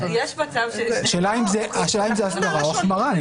השאלה אם זאת החמרה או הסדרה.